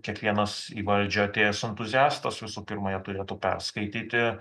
kiekvienas į valdžią atėjęs entuziastas visų pirma ją turėtų perskaityti